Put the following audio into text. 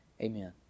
Amen